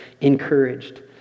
encouraged